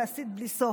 ועשית בלי סוף,